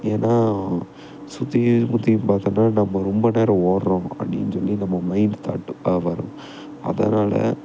ஏன்னால் சுற்றியும் முற்றியும் பார்த்தன்னா நம்ம ரொம்ப நேரம் ஓடுகிறோம் அப்படின்னு சொல்லி நம்ம மைண்ட் தாட்டாக வரும் அதனாலே